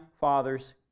father's